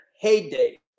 heyday